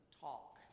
talk